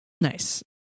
nice